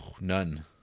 None